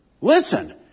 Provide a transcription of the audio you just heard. Listen